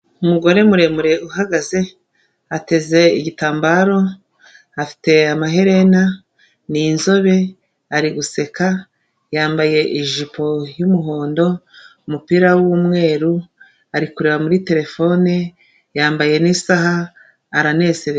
Umugore muremure uhagaze ateze igitambaro, afite amaherena, n'inzobe ari guseka, yambaye ijipo y'umuhondo, umupira w'umweru ari kureba muri terefone yambaye n'isaha aranezerewe.